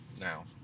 now